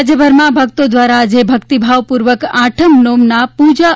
રાજ્યભરમાં ભક્તો દ્વારા આજે ભક્તિભાવ પૂર્વક આઠમ નોમના પૂજા અર્ચન